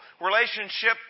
relationship